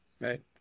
Right